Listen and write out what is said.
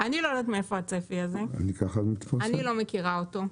אני לא יודעת מהאיפה הצפי הזה, אני לא מכירה אותו.